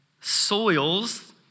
soils